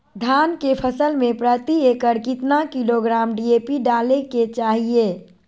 धान के फसल में प्रति एकड़ कितना किलोग्राम डी.ए.पी डाले के चाहिए?